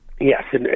Yes